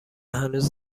هنوز